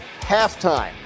halftime